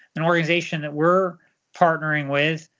an organization that we're partnering with,